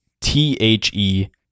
T-H-E